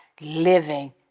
Living